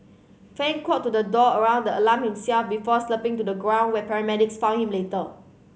fan crawled to the door around the alarm himself before slumping to the ground where paramedics found him later